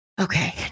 Okay